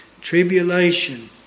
Tribulation